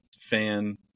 fan